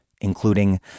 including